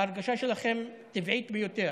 ההרגשה שלכם טבעית ביותר.